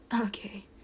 okay